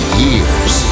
years